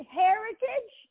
heritage